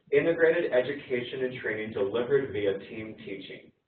integrated education and training delivered via team teaching.